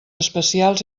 especials